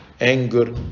anger